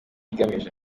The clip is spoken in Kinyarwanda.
igamije